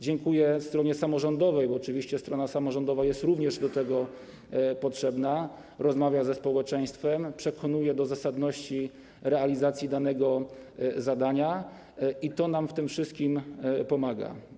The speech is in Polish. Dziękuję stronie samorządowej, bo oczywiście strona samorządowa jest również do tego potrzebna, rozmawia ze społeczeństwem, przekonuje do zasadności realizacji danego zadania i to nam w tym wszystkim pomaga.